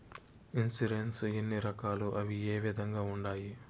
insurance ఎన్ని రకాలు అవి ఏ విధంగా ఉండాయి